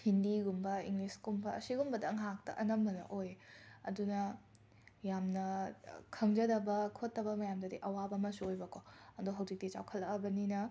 ꯍꯤꯟꯗꯤꯒꯨꯝꯕ ꯏꯪꯂꯤꯁꯀꯨꯝꯕ ꯑꯁꯤꯒꯨꯝꯕꯗ ꯉꯥꯛꯇ ꯑꯅꯝꯕꯅ ꯑꯣꯏ ꯑꯗꯨꯅ ꯌꯥꯝꯅ ꯈꯪꯖꯗꯕ ꯈꯣꯠꯇꯕ ꯃꯌꯥꯝꯗꯗꯤ ꯑꯋꯥꯕ ꯑꯃꯁꯨ ꯑꯣꯏꯕꯀꯣ ꯑꯗꯣ ꯍꯧꯖꯤꯛꯇꯤ ꯆꯥꯎꯈꯠꯂꯛꯑꯕꯅꯤꯅ